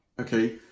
Okay